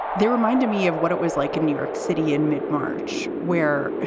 they remind me of what it was like in new york city in mid-march where